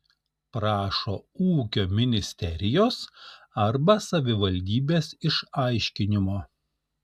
prašo ūkio ministerijos arba savivaldybės išaiškinimo